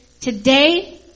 Today